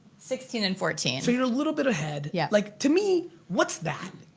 sixteen and fourteen. so you're a little bit ahead. yeah like to me, what's that?